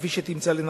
כפי שתמצא לנכון.